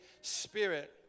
Spirit